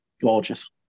gorgeous